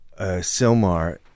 Silmar